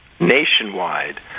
nationwide